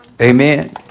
Amen